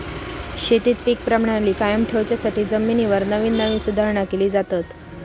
शेतीत पीक प्रणाली कायम ठेवच्यासाठी जमिनीवर नवीन नवीन सुधारणा केले जातत